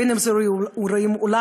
אם "רואים עולם"